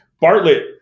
Bartlett